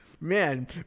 Man